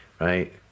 right